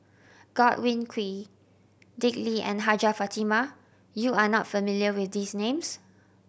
Godwin Koay Dick Lee and Hajjah Fatimah You are not familiar with these names